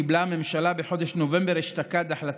קיבלה הממשלה בחודש נובמבר אשתקד החלטה,